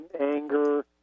anger